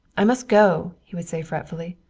i must go, he would say fretfully.